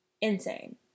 insane